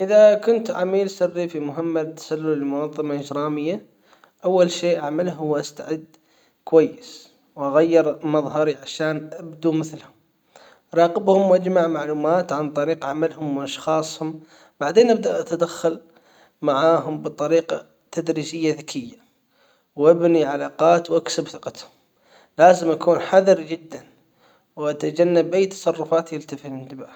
اذا كنت عميل سري في مهمة سر لمنظمة اجرامية اول شيء أعمله وأستعد كويس وأغير مظهري عشان أبدو مثلهم راقبهم وأجمع معلومات عن طريق عملهم واشخاصهم بعدين أبدأ اتدخل معاهم بطريقة تدريجية ذكية وأبني علاقات وأكسب ثقتهم لازم أكون حذر جدا واتجنب اي تصرفات يلتف الانتباه.